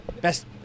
Best